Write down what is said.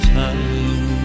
time